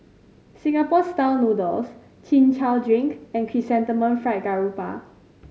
Singapore Style Noodles Chin Chow drink and Chrysanthemum Fried Garoupa